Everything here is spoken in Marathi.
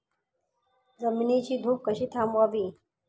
जमिनीची धूप कशी थांबवावी?